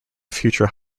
future